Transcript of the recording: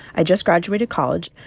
i just graduated college,